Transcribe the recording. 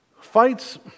fights